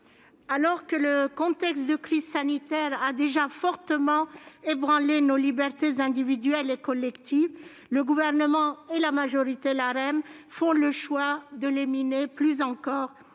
alors que le contexte de crise sanitaire a déjà fortement ébranlé nos libertés individuelles et collectives, le Gouvernement et la majorité LaREM font le choix de les miner plus encore